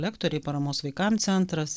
lektoriai paramos vaikam centras